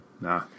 nah